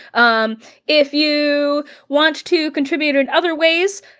um if you want to contribute in other ways,